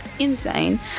insane